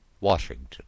Washington